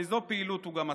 באיזו פעילות הוא גם עסק: